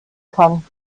kann